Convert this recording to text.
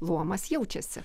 luomas jaučiasi